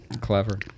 Clever